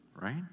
right